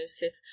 joseph